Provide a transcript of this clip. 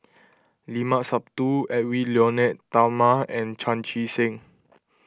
Limat Sabtu Edwy Lyonet Talma and Chan Chee Seng